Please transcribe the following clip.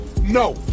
No